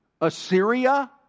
Assyria